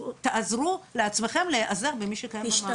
תעזרו לעצמכם להיעזר במי שקיים במערכת.